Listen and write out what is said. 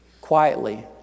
Quietly